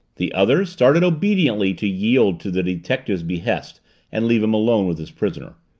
the others started obediently to yield to the detective's behest and leave him alone with his prisoner.